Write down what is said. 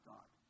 God